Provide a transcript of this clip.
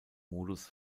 modus